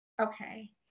okay